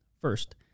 First